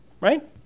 Right